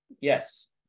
Yes